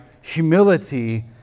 humility